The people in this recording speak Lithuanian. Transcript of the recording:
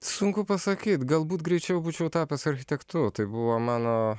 sunku pasakyt galbūt greičiau būčiau tapęs architektu tai buvo mano